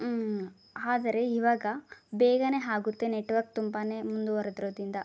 ಆದರೆ ಇವಾಗ ಬೇಗನೇ ಆಗುತ್ತೆ ನೆಟ್ವರ್ಕ್ ತುಂಬಾ ಮುಂದುವರ್ದ್ರೋದ್ರಿಂದ